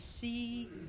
see